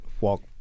walk